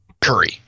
curry